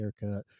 haircut